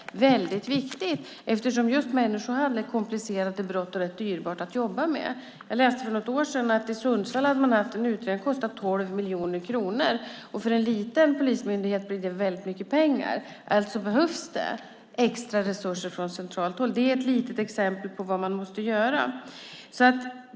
Det är viktigt. Just människohandel är ett komplicerat brott och dyrbart att jobba med. Jag läste för något år sedan att i Sundsvall hade man haft en utredning som kostade 12 miljoner kronor. För en liten polismyndighet blir det mycket pengar. Alltså behövs extra resurser från centralt håll. Det är ett litet exempel på vad man måste göra.